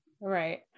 Right